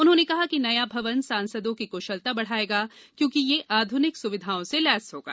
उन्होंने कहा कि नया भवन सांसदों की कुशलता बढ़ाएगा क्योंकि यह आधुनिक सुविधाओं से लैस होगा